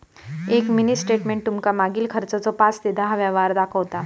एक mini statement तुमका मागील खर्चाचो पाच ते दहा व्यवहार दाखवता